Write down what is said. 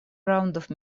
раундов